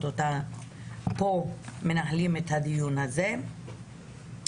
אותם פה מנהלים את הדיון הזה איתנו.